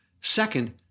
Second